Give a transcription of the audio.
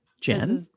Jen